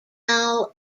mau